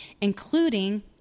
including